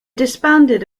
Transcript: disbanded